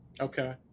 Okay